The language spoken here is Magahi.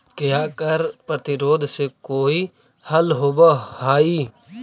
क्या कर प्रतिरोध से कोई हल होवअ हाई